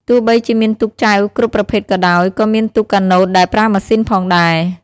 ទោះបីជាមានទូកចែវគ្រប់ប្រភេទក៏ដោយ ក៏មានទូកកាណូតដែលប្រើម៉ាស៊ីនផងដែរ។